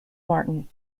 martin